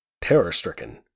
Terror-stricken